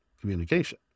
communication